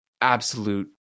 absolute